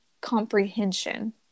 comprehension